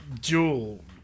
Jewel